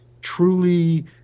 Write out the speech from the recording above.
truly